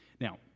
Now